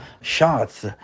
shots